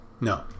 No